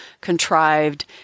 contrived